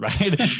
right